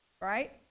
right